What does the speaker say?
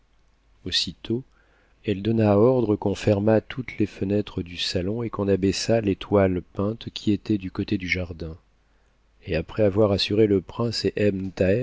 aussitôt elle donna ordre qu'on fermât toutes les fenêtres du salon et qu'on abaissât les toiles peintes qui étaient du côté du jardin et après avoir assuré le prince et